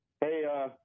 hey